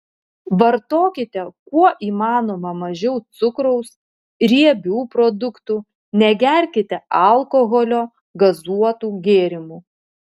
vartokite kuo įmanoma mažiau cukraus riebių produktų negerkite alkoholio gazuotų gėrimų